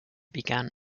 began